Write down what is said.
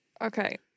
Okay